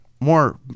more